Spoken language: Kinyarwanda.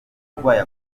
umurwayi